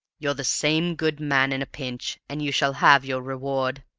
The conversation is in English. you're the same good man in a pinch, and you shall have your reward.